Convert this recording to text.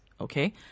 okay